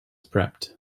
prepped